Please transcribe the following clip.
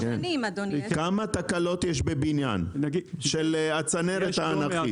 --- כמה תקלות יש בבניין של הצנרת האנכית?